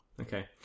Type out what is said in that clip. Okay